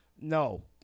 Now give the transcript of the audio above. No